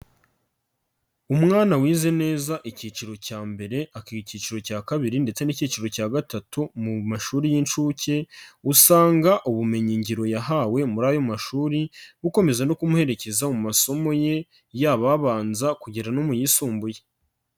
Umwana wize neza icyiciro cya mbere, akiga icyiciro cya kabiri ndetse n'icyiciro cya gatatu mu mashuri y'inshuke, usanga ubumenyi ngiro yahawe muri ayo mashuri gukomeza no kumuherekeza mu masomo ye yababanza kugera no mu yisumbuye.